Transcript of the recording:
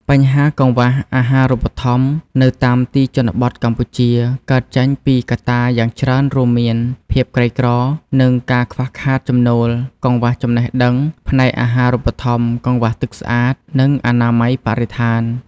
បញ្ហាកង្វះអាហារូបត្ថម្ភនៅតាមទីជនបទកម្ពុជា កើតចេញពីកត្តាយ៉ាងច្រើនរួមមាន ភាពក្រីក្រ និងការខ្វះខាតចំណូល កង្វះចំណេះដឹងផ្នែកអាហារូបត្ថម្ភ កង្វះទឹកស្អាត និងអនាម័យបរិស្ថាន។